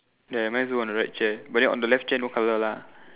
ya mine is on the right uh chair but then on the left chair no colour lah